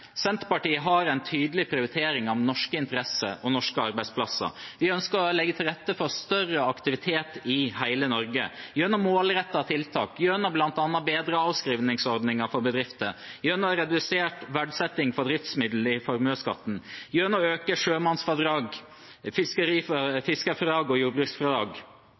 Senterpartiet har en tydelig prioritering av norske interesser og norske arbeidsplasser. Vi ønsker å legge til rette for større aktivitet i hele Norge, gjennom målrettede tiltak, bl.a. bedre avskrivningsordninger for bedrifter, redusert verdsetting for driftsmidler i formuesskatten og økte sjømannsfradrag, fiskerfradrag og jordbruksfradrag.